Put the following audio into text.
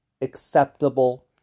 acceptable